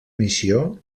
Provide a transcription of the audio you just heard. missió